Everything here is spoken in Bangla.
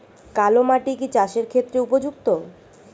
কালো মাটি কি চাষের ক্ষেত্রে উপযুক্ত?